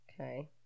Okay